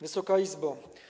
Wysoka Izbo!